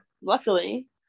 luckily